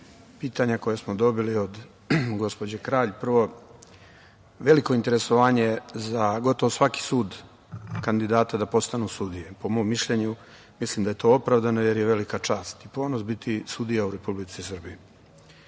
pitanja koje smo dobili od gospođe Kralj. Prvo, veliko je interesovanje, za gotovo svaki sud, kandidata da postanu sudije. Po mom mišljenju mislim da je to opravdano, jer je velika čast i ponos biti sudija u Republici Srbiji. Ne